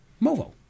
Movo